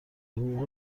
حقوق